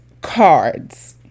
CARDS